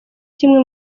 kimwe